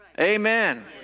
Amen